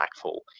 impactful